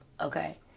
Okay